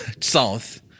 south